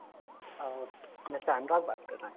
आप मिस्टर अनुराग बात कर रहे हैं